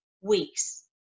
weeks